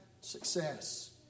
success